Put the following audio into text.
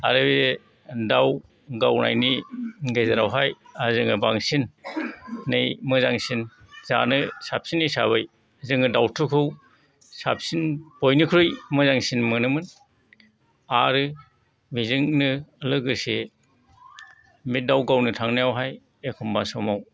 आरो बे दाउ गावनायनि गेजेरावहाय जोङो बांसिन नै मोजांसिन जानो साबसिन हिसाबै जोङो दाउथुखौ साबसिन बयनिख्रुइ मोजांसिन मोनोमोन आरो बेजोंनो लोगोसे बे दाउ गावनो थांनायावहाय एखनबा समाव